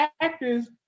actors